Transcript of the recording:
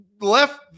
left